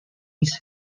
his